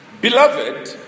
Beloved